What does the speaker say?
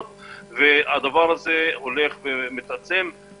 משרדי הממשלה מתעלמים מהם התעלמות מוחלטת.